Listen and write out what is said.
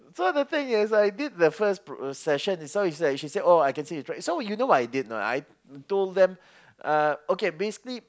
so the thing is like this is the first pr~ uh session so is like she say oh I can say it's right so you know what I did a not I told them uh okay basically